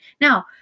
Now